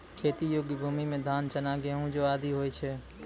खेती योग्य भूमि म धान, चना, गेंहू, जौ आदि होय छै